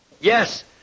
Yes